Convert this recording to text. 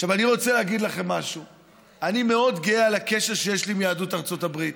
אני מאוד גאה על הקשר שיש לי עם יהדות ארצות הברית,